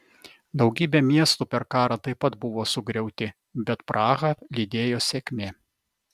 daugybė miestų per karą taip pat buvo sugriauti bet prahą lydėjo sėkmė